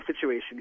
situation